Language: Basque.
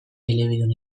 elebidun